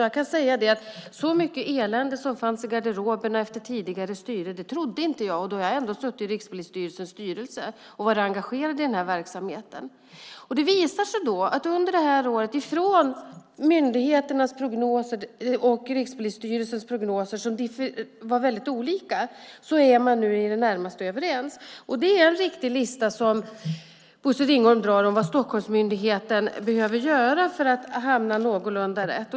Jag kan säga att jag inte trodde att det fanns så mycket elände som det fanns i garderoberna efter tidigare styre, och då har jag ändå suttit i Rikspolisstyrelsens styrelse och varit engagerad i den här verksamheten. Det visar sig då att under det här året, från myndigheternas prognoser och Rikspolisstyrelsens prognoser som var väldigt olika, har man nu i det närmaste kommit överens. Det är en riktig lista som Bosse Ringholm drar om vad Stockholmsmyndigheten behöver göra för att hamna någorlunda rätt.